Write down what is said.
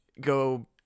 go